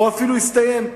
או אפילו הסתיים.